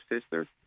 sister